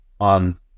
on